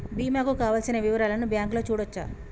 బీమా కు కావలసిన వివరాలను బ్యాంకులో చూడొచ్చా?